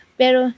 pero